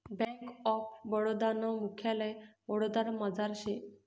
bank of Baroda नं मुख्यालय वडोदरामझार शे